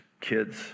kids